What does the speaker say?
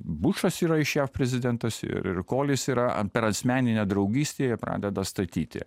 bušas yra iš jav prezidentas ir ir kolis yra per asmeninę draugystę jie pradeda statyti